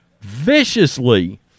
viciously